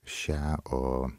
šią o